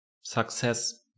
success